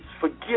Forgive